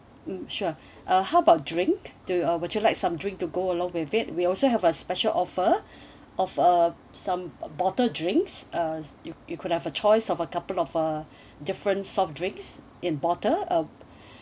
mm sure uh how about drink do uh would you like some drink to go along with it we also have a special offer of a some bottle drinks uh you could have a choice of a couple of uh different soft drinks in bottle uh